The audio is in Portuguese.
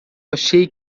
achei